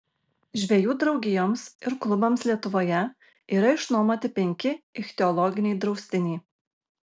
žvejų draugijoms ir klubams lietuvoje yra išnuomoti penki ichtiologiniai draustiniai